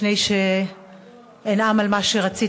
לפני שאנאם על מה שרציתי,